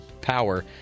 power